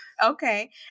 Okay